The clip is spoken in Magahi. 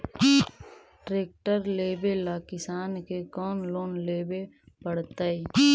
ट्रेक्टर लेवेला किसान के कौन लोन लेवे पड़तई?